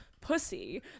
pussy